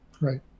Right